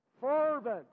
fervent